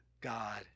God